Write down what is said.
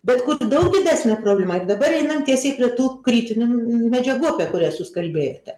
bet kur daug didesnė problema dabar einam tiesiai prie tų kritinių m medžiagų apie kurias jūs kalbėjote